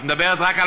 את מדברת רק על